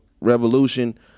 revolution